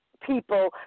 people